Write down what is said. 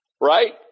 Right